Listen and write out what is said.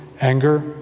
anger